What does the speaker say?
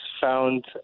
found